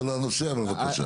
זה לא הנושא, אבל בבקשה.